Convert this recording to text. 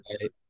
right